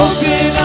Open